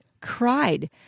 cried